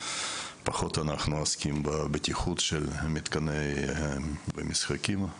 ואנחנו פחות עוסקים בבטיחות של מתקני המשחקים.